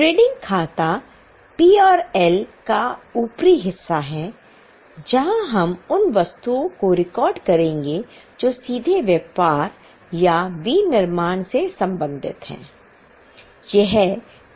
trading खाता P और L का ऊपरी हिस्सा है जहां हम उन वस्तुओं को रिकॉर्ड करेंगे जो सीधे व्यापार या विनिर्माण से संबंधित हैं